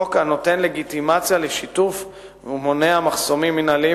חוק הנותן לגיטימציה לשיתוף ומונע מחסומים מינהליים